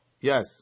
Yes